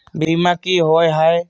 बीमा की होअ हई?